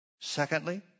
Secondly